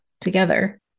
together